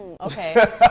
okay